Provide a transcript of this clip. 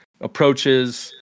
approaches